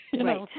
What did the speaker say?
Right